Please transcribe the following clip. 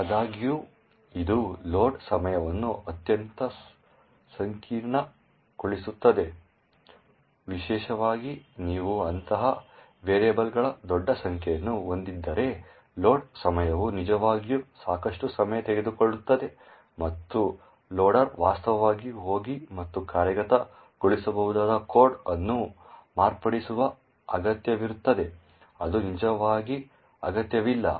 ಆದಾಗ್ಯೂ ಇದು ಲೋಡ್ ಸಮಯವನ್ನು ಅತ್ಯಂತ ಸಂಕೀರ್ಣಗೊಳಿಸುತ್ತದೆ ವಿಶೇಷವಾಗಿ ನೀವು ಅಂತಹ ವೇರಿಯೇಬಲ್ಗಳ ದೊಡ್ಡ ಸಂಖ್ಯೆಯನ್ನು ಹೊಂದಿದ್ದರೆ ಲೋಡ್ ಸಮಯವು ನಿಜವಾಗಿಯೂ ಸಾಕಷ್ಟು ಸಮಯ ತೆಗೆದುಕೊಳ್ಳುತ್ತದೆ ಮತ್ತು ಲೋಡರ್ ವಾಸ್ತವವಾಗಿ ಹೋಗಿ ಮತ್ತು ಕಾರ್ಯಗತಗೊಳಿಸಬಹುದಾದ ಕೋಡ್ ಅನ್ನು ಮಾರ್ಪಡಿಸುವ ಅಗತ್ಯವಿರುತ್ತದೆ ಅದು ನಿಜವಾಗಿ ಅಗತ್ಯವಿಲ್ಲ